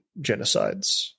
genocides